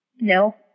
No